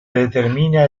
determina